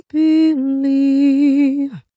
believe